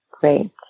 Great